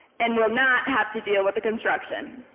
and will not have to deal with the construction.